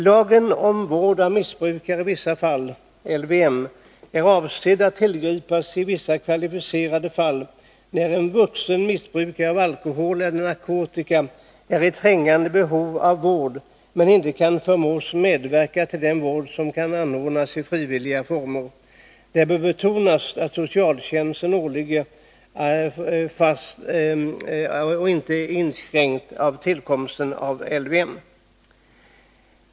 Lagen om vård av missbrukare i vissa fall är avsedd att tillgripas i vissa kvalificerade fall, när en vuxen missbrukare av alkohol eller narkotika är i trängande behov av vård, men inte kan förmås medverka till den vård som kan anordnas i frivilliga former. Det bör betonas att socialtjänstlagen ligger fast och inte inskränks av tillkomsten av LVM.